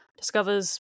discovers